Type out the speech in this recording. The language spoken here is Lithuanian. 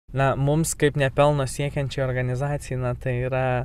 na mums kaip nepelno siekiančiai organizacijai na tai yra